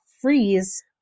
freeze